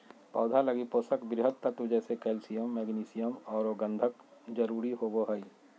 पौधा लगी पोषक वृहत तत्व जैसे कैल्सियम, मैग्नीशियम औरो गंधक जरुरी होबो हइ